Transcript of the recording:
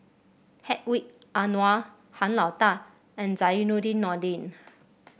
Hedwig Anuar Han Lao Da and Zainudin Nordin